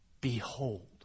behold